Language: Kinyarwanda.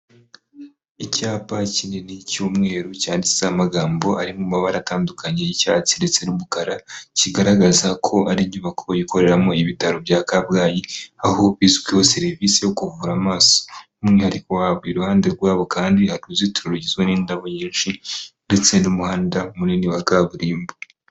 Icyapa kinini cy'umweru cyanditseho amagambo ari mu mabara atandukanye y'icyatsi ndetse n'umukara, kigaragaza ko ari inyubako ikoreramo ibitaro bya Kabgayi, aho bizwiho serivise yo kuvura amaso. By'umwihariko, aho haruguru iruhande rwabo kandi hari uruzitiro rugizwe n'indabo nyinshi, ndetse n'umuhanda munini wa kaburimbo.